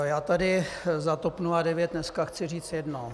Já tady za TOP 09 dneska chci říct jedno.